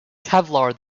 kevlar